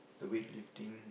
the weightlifting